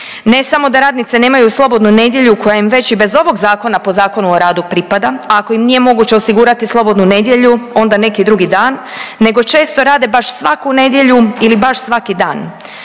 Ne samo da radnice nemaju slobodnu nedjelju koja im već i bez ovog zakona po Zakonu o radu pripada, a ako im nije moguće osigurati slobodnu nedjelju onda neki drugi dan, nego često rade baš svaku nedjelju ili baš svaki dan.